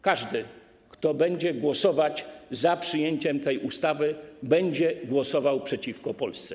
Każdy, kto będzie głosować za przyjęciem tej ustawy, będzie głosował przeciwko Polsce.